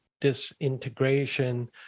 disintegration